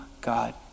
God